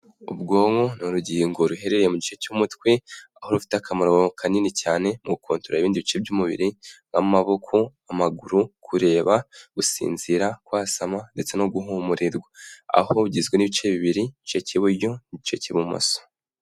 Ubwonko ni urugingo ruherereye mu gice cy'umutwe, aho rufite akamaro kanini cyane mu gukontorora ibindi bice by'umubiri nk'amaboko, amaguru, kureba, gusinzira, kwasama ndetse no guhumurirwa. Aho bugizwe n'ibice bibiri: igice cy'iburyo n'igice cy'ibumoso.